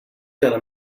gonna